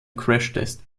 crashtest